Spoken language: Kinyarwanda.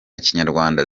kinyarwanda